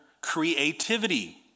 creativity